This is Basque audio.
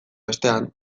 bestean